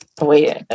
Wait